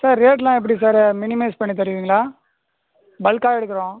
sir ரேட்லாம் எப்படி sir minimize பண்ணித் தருவீங்களா பல்க்கா எடுக்குறோம்